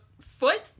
foot